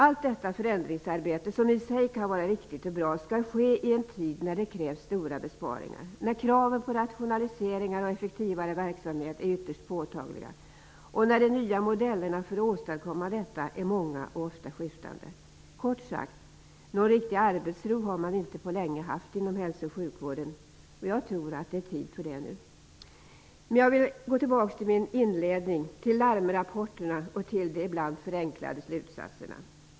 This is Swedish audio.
Allt detta förändringsarbete, som i sig kan vara riktigt bra, skall ske i en tid när det krävs stora besparingar, när kraven på rationalisering och effektivare verksamhet är ytterst påtagliga, och när de nya modellerna för att åstadkomma detta är många och ofta skiftande. Kort sagt: någon riktig arbetsro har man inte på länge haft inom hälso och sjukvården. Jag tror att det är tid för det nu. Men jag vill gå tillbaks till min inledning, till larmrapporterna och till de ibland förenklade slutsatserna.